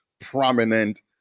prominent